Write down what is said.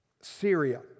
Syria